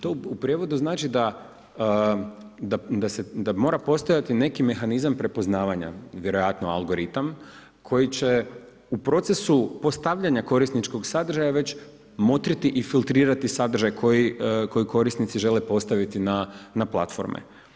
To u prijevodu znači da mora postojati neki mehanizam prepoznavanja vjerojatno algoritam koji će u procesu postavljanja korisničkog sadržaja već motriti i filtrirati sadržaj koje korisnici žele postaviti na platforme.